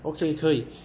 okay 可以: ke yi